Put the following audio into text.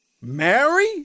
Mary